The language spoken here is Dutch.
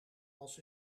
als